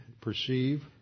perceive